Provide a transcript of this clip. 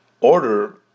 order